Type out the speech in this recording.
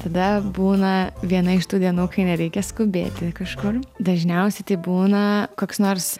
tada būna viena iš tų dienų kai nereikia skubėti kažkur dažniausiai tai būna koks nors